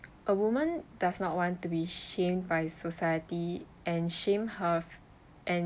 a woman does not want to be shamed by society and shame her and